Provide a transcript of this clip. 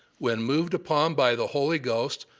when moved upon by the holy ghost,